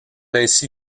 ainsi